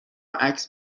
عکس